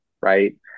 right